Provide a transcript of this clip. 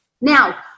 now